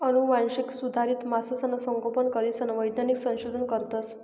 आनुवांशिक सुधारित मासासनं संगोपन करीसन वैज्ञानिक संशोधन करतस